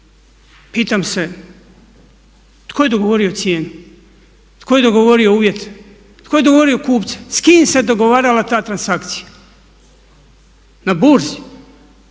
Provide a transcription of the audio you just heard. pitam se tko je dogovorio cijenu? Tko je dogovorio uvjete? Tko je dogovorio kupca? S kim se dogovarala ta transakcija? Na burzi.